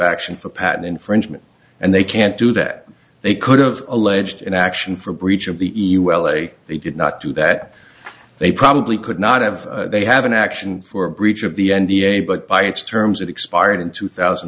action for patent infringement and they can't do that they could have alleged an action for breach of the e u l a they did not do that they probably could not have they have an action for breach of the n b a but by its terms that expired in two thousand